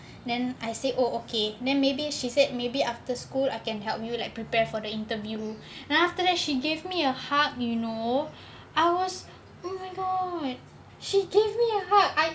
then I say oh okay then maybe she said maybe after school I can help you like prepare for the interview then after that she gave me a hug you know I was oh my god she gave me a hug I